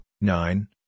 nine